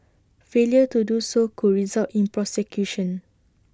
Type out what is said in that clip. failure to do so could result in prosecution